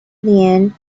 then